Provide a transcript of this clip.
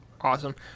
awesome